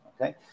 okay